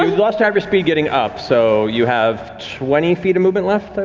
ah you lost half your speed getting up, so you have twenty feet of movement left,